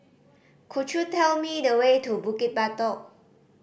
could you tell me the way to Bukit Batok